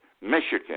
Michigan